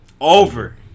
Over